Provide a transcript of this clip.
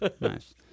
nice